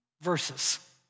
verses